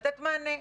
לתת מענה.